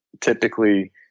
typically